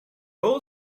all